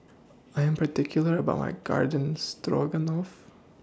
I Am particular about My Garden Stroganoff